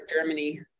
Germany